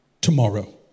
tomorrow